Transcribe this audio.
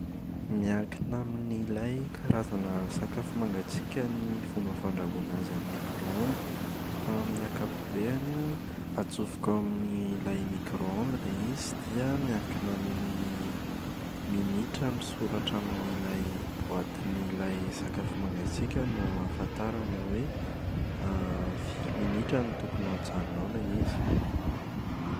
Miankina amin’ilay karazana sakafo mangatsiaka ny fomba fandrahoana azy amin’ny micro-ondes fa amin’ny ankapobeny an: atsofoka amin’ilay micro-ondes ilay izy dia miankina amin’ny minitra misoratra amin’ny boatin’ilay sakafo mangatsiaka no ahafantarana hoe firy minitra no tokony hajanona ao ilay izy.